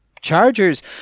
Chargers